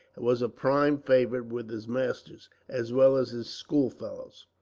was a prime favourite with his masters, as well as his schoolfellows.